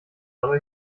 aber